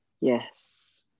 Yes